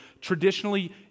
traditionally